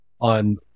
On